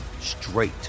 straight